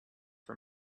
for